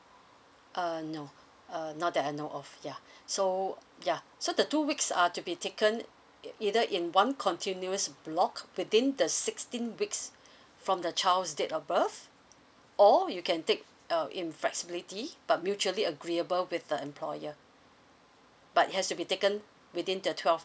err no uh not that I know of ya so ya so the two weeks are to be taken it either in one continuous block within the sixteen weeks from the child's date of birth or you can take uh in flexibility but mutually agreeable with the employer but it has to be taken within the twelve